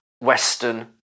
Western